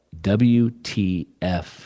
WTF